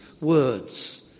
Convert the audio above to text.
words